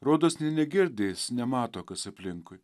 rodos nė negirdi jis nemato kas aplinkui